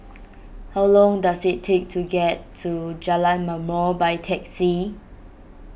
how long does it take to get to Jalan Ma'mor by taxi